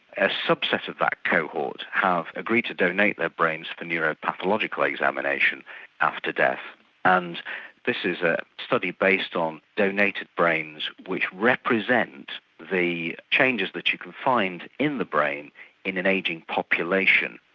a subset of that cohort have agreed to donate their brains to neuropathological examination after death and this is a study based on donated brains which represent the changes that you can find in the brain in an ageing population.